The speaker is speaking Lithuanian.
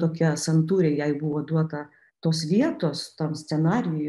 tokia santūriai jai buvo duota tos vietos tam scenarijuj